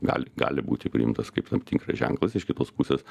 gali gali būti priimtas kaip tam tikras ženklas iš kitos pusės